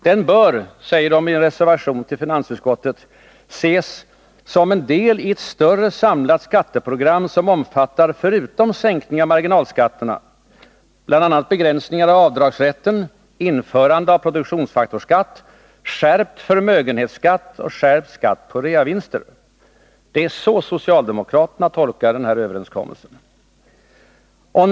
Den bör, säger de i en reservation fogad till finansutskottets betänkande, ses som en del i ett större samlat skatteprogram, som omfattar — förutom sänkning av marginalskatterna — bl.a. begränsningar i avdragsrätten, införande av produktionsfaktorsskatt, skärpt förmögenhetsskatt och skärpt skatt på reavinster. Det är så socialdemokraterna tolkar den här överenskommelsen.